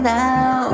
now